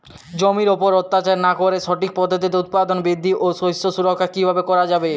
জমির উপর অত্যাচার না করে সঠিক পদ্ধতিতে উৎপাদন বৃদ্ধি ও শস্য সুরক্ষা কীভাবে করা যাবে?